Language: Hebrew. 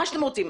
מה שאתם רוצים.